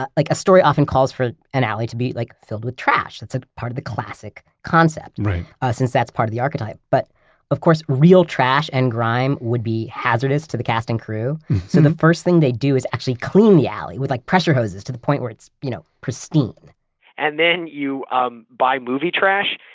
ah like a story often calls for an alley to be like filled with trash. it's ah part of the classic concept right since that's part of the archetype. but of course, real trash and grime would be hazardous to the cast and crew, so the first thing they do is actually clean the alley, with like pressure hoses, to the point where it's you know pristine and then, you um buy movie trash,